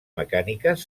mecàniques